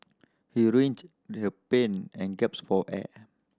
he writhed in pain and gasped for air